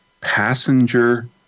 Passenger